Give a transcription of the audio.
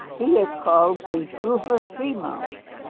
he is called the rufous tree mouse.